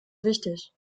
wichtig